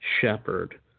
shepherd